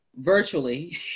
virtually